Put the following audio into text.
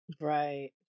Right